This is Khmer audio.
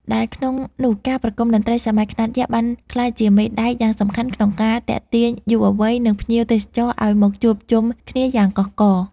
ដែលក្នុងនោះការប្រគំតន្ត្រីសម័យខ្នាតយក្ស បានក្លាយជាមេដែកយ៉ាងសំខាន់ក្នុងការទាក់ទាញយុវវ័យ និងភ្ញៀវទេសចរឱ្យមកជួបជុំគ្នាយ៉ាងកុះករ។